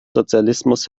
sozialismus